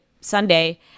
sunday